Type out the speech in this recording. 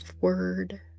word